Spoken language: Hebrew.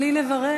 עלי לברך.